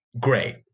great